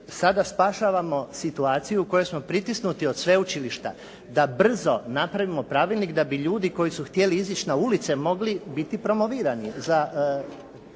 sada spašavamo situaciju u kojoj smo pritisnuti od sveučilišta da brzo napravimo pravilnik da bi ljudi koji su htjeli izići na ulice mogli biti promovirani za